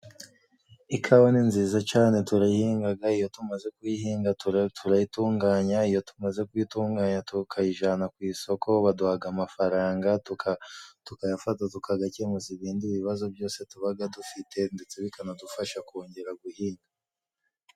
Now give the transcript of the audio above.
Ikawa ni nziza cane turayihingaga, iyo tumaze kuyihinga turayitunganya, iyo tumaze kuyitunganya tukayijana ku isoko, baduhaga amafaranga, tukayafata tukagakemuza ibindi bibazo byose tubaga dufite, ndetse bikanadufasha kongera guhinga.